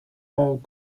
old